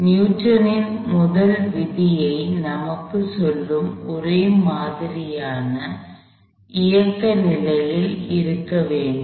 நியூட்டனின் முதல் விதிNewton's first law நமக்குச் சொல்லும் ஒரே மாதிரியான இயக்க நிலையில் இருக்க வேண்டும்